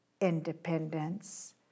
independence